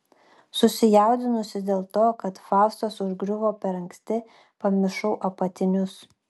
susijaudinusi dėl to kad faustas užgriuvo per anksti pamiršau apatinius